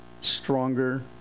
stronger